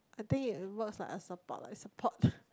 I think it works like a support like support